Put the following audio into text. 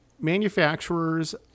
manufacturers